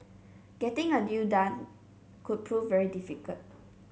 getting a deal done could prove very difficult